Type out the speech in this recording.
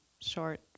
short